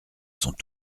sont